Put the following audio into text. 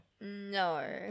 No